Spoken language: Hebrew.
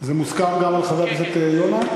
זה מוסכם גם על חבר הכנסת יונה?